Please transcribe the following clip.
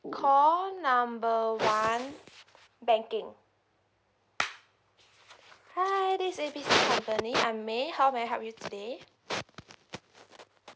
call number one banking hi this is A B C company I'm may how may I help you today